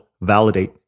validate